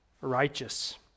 righteous